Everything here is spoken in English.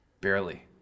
Barely